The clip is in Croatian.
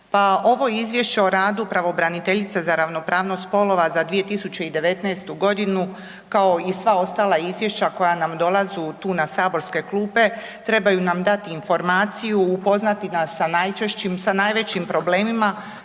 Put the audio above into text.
ovo Izvješće o radu pravobraniteljice za ravnopravnost spolova za 2019.-tu godinu kao i sva ostala Izvješća koja nam dolazu tu na saborske klupe, trebaju nam dati informaciju, upoznati nas sa najčešćim,